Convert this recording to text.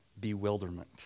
bewilderment